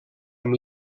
amb